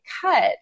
cut